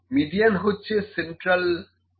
median হচ্ছে central value